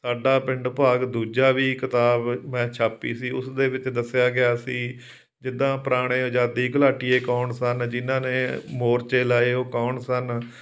ਸਾਡਾ ਪਿੰਡ ਭਾਗ ਦੂਜਾ ਵੀ ਕਿਤਾਬ ਮੈਂ ਛਾਪੀ ਸੀ ਉਸ ਦੇ ਵਿੱਚ ਦੱਸਿਆ ਗਿਆ ਸੀ ਜਿੱਦਾਂ ਪੁਰਾਣੇ ਆਜ਼ਾਦੀ ਘੁਲਾਟੀਏ ਕੌਣ ਸਨ ਜਿਨਾਂ ਨੇ ਮੋਰਚੇ ਲਾਏ ਉਹ ਕੌਣ ਸਨ